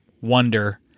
wonder